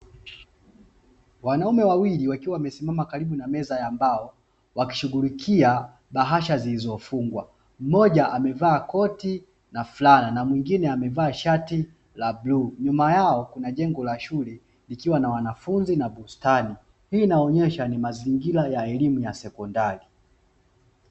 Wanaume wawili wakiwa wamesimama karibu na meza ya mbao, wakishughulikia bahasha zilizofungwa. Mmoja amevaa koti na fulana na mwingine amevaa shati la bluu. Nyuma yao kuna jengo la shule likiwa na wanafunzi na bustani. Hii inaonyesha ni mazingira ya elimu ya sekondari.